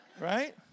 Right